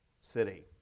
city